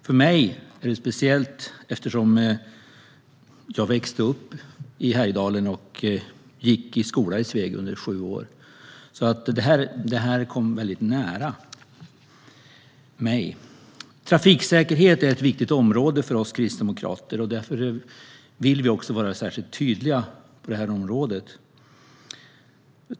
För mig är det speciellt eftersom jag växte upp i Härjedalen och gick i skola i Sveg under sju år, så det här kom väldigt nära mig. Trafiksäkerhet är ett viktigt område för oss kristdemokrater. Därför vill vi vara särskilt tydliga på detta område.